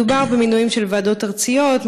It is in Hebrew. מדובר במינויים של ועדות ארציות,